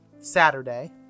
Saturday